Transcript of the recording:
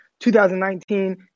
2019